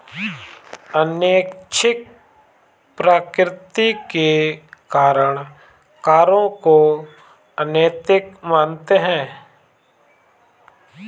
अनैच्छिक प्रकृति के कारण करों को अनैतिक मानते हैं